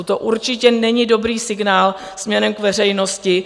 To určitě není dobrý signál směrem k veřejnosti.